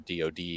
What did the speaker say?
DOD